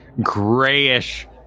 grayish